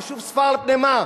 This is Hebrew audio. יישוב ספר על פני מה?